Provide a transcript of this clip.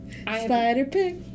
Spider-Pig